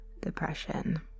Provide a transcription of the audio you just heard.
depression